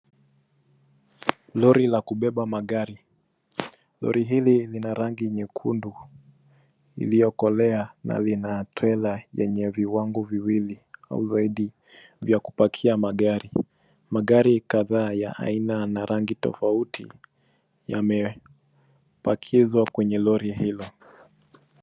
Lori la kubeba magari, lori hili lina rangi nyekundu iliokolea na lina trela yenye viwango viwili au zaidi vya kupakia magari. Magari kadhaa ya aina na rangi tofauti yamepakizwa kwenye lori hilo.